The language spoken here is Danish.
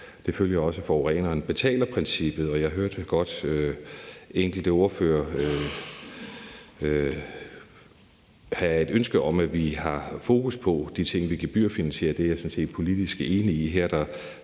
Det følger også af forureneren betaler princippet, og jeg hørte godt enkelte ordførere have et ønske om, at vi har fokus på de ting, vi gebyrfinansierer, og det er jeg sådan set politisk enig i. Her